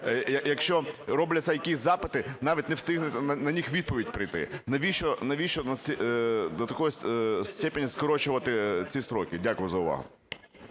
якщо робляться якісь запити, навіть не встигне на них відповідь прийти. Навіщо до такого ступеня скорочувати ці строки? Дякую за увагу.